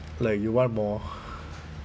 like you want more